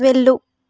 వెళ్ళు